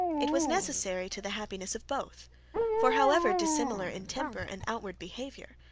it was necessary to the happiness of both for however dissimilar in temper and outward behaviour,